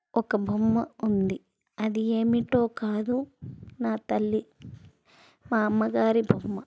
ఒక బొమ్మ ఉంది అది ఏమిటో కాదు నా తల్లి మా అమ్మగారి బొమ్మ